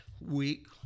week